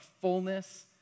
fullness